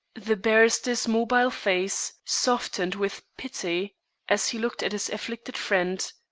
the barrister's mobile face softened with pity as he looked at his afflicted friend.